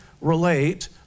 relate